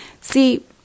See